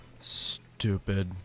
stupid